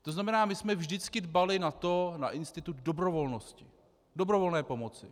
To znamená, my jsme vždycky dbali na institut dobrovolnosti, dobrovolné pomoci.